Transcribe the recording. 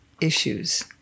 issues